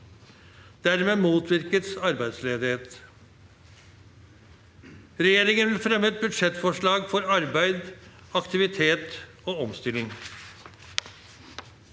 Dermed motvirkes arbeidsledighet. Regjeringen vil fremme et budsjettforslag for arbeid, aktivitet og omstilling.